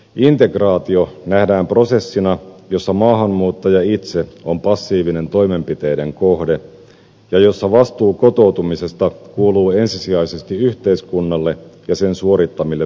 integraatio nähdään prosessina jossa maahanmuuttaja itse on passiivinen toimenpiteiden kohde ja jossa vastuu kotoutumisesta kuuluu ensisijaisesti yhteiskunnalle ja sen suorittamille väliintuloille